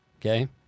Okay